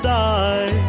die